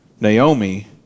Naomi